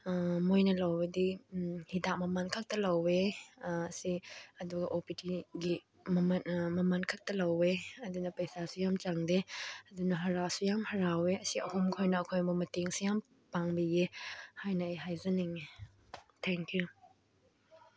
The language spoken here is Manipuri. ꯃꯣꯏꯅ ꯂꯧꯔꯗꯤ ꯍꯤꯗꯥꯛ ꯃꯃꯟ ꯈꯛꯇ ꯂꯧꯋꯦ ꯁꯤ ꯑꯗꯨ ꯑꯣ ꯄꯤ ꯇꯤꯒꯤ ꯃꯃꯟ ꯈꯛꯇ ꯂꯧꯋꯦ ꯑꯗꯨꯅ ꯄꯩꯁꯥꯁꯨ ꯌꯥꯝ ꯆꯪꯗꯦ ꯑꯗꯨꯅ ꯍꯔꯥꯎꯁꯨ ꯌꯥꯝ ꯍꯔꯥꯎꯋꯦ ꯑꯁꯤ ꯑꯍꯨꯝ ꯈꯣꯏꯅ ꯑꯩꯈꯣꯏꯕꯨ ꯃꯇꯦꯡꯁꯦ ꯌꯥꯝ ꯄꯥꯡꯕꯤꯌꯦ ꯍꯥꯏꯅ ꯑꯩ ꯍꯥꯏꯖꯅꯤꯡꯉꯦ ꯊꯦꯡꯛ ꯌꯨ